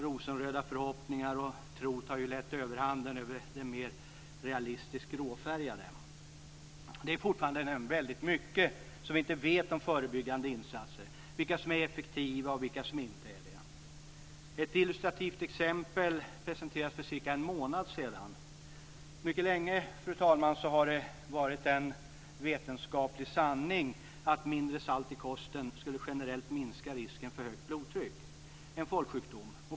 Rosenröda förhoppningar och tro tar ju lätt överhanden över de mer realistiskt gråfärgade. Det är fortfarande väldigt mycket som vi inte vet om förebyggande insatser, t.ex. vilka som är effektiva och vilka som inte är det. Ett illustrativt exempel presenterades för cirka en månad sedan. Fru talman! Det har mycket länge varit en vetenskaplig sanning att mindre salt i kosten generellt skulle minska risken för högt blodtryck - en folksjukdom.